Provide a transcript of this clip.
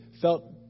felt